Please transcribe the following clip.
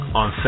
on